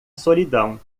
solidão